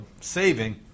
saving